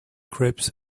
crepes